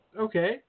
Okay